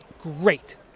great